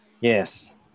Yes